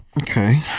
Okay